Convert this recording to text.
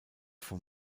vom